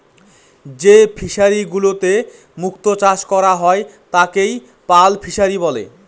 যে ফিশারিগুলোতে মুক্ত চাষ করা হয় তাকে পার্ল ফিসারী বলে